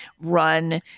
run